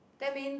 that means